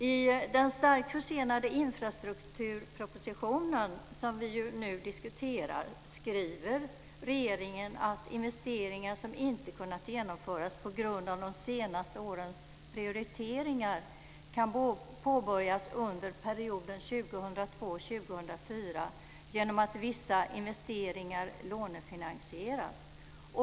I den starkt försenade infrastrukturpropositionen, som vi nu diskuterar, skriver regeringen: Investeringar som inte kunnat genomföras på grund av de senaste årens prioriteringar kan påbörjas under perioden 2002-2004 genom att vissa investeringar lånefinansieras.